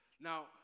Now